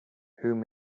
whom